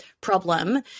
problem